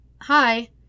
Hi